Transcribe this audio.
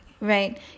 Right